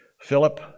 Philip